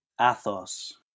Athos